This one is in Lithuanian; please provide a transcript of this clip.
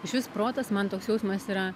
išvis protas man toks jausmas yra